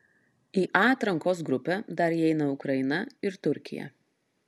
į a atrankos grupę dar įeina ukraina ir turkija